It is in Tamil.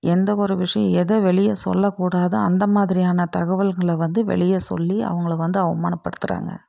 எந்த ஒரு விஷயம் எதை வெளியே சொல்லக்கூடாதோ அந்தமாதிரியான தகவல்களை வந்து வெளியே சொல்லி அவங்கள வந்து அவமானப் படுத்துறாங்க